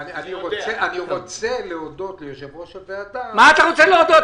אני רוצה להודות ליושב-ראש הוועדה -- מה אתה רוצה להודות?